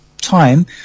time